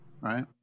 right